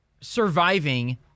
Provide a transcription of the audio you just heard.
surviving